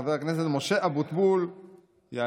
חבר הכנסת משה אבוטבול יעלה,